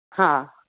हा